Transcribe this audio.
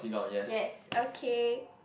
yes okay